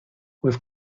with